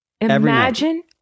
Imagine